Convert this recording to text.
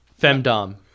Femdom